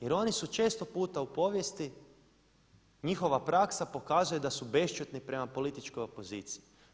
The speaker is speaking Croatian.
Jer oni su često puta u povijesti njihova praksa pokazuje da su bešćutni prema političkoj opoziciji.